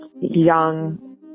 young